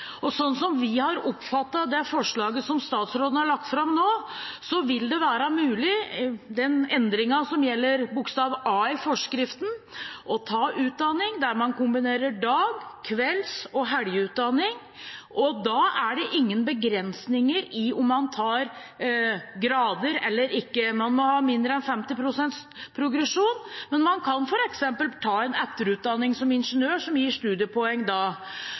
dagpenger. Sånn som vi har oppfattet det forslaget som statsråden nå har lagt fram, den endringen som gjelder bokstav a i forskriften, så vil det være mulig å ta en utdanning der en kombinerer dag, kvelds- og helgeutdanning, og da er det ingen begrensninger i om man tar grader eller ikke. Man må ha mindre enn 50 pst. progresjon, men man kan f.eks. ta en etterutdanning som ingeniør, som da gir studiepoeng.